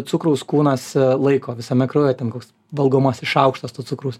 cukraus kūnas laiko visame kraujyje ten koks valgomasis šaukštas to cukraus